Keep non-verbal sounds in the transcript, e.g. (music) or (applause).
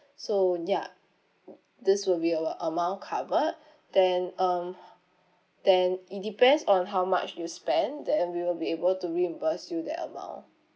so ya this will be our amount covered (breath) then um (breath) then it depends on how much you spend then we will be able to reimburse you that amount